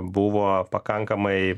buvo pakankamai